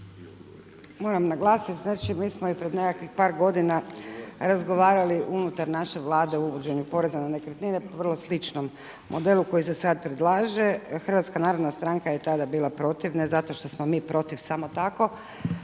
moram naglasiti, mi smo i pred nekakvih par godina razgovarali unutar naše Vlade o uvođenju poreza na nekretnine o vrlo sličnom modelu koji se sad predlaže. Hrvatska narodna stranka je taba bila protiv ne zato što smo mi protiv samo tako